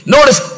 Notice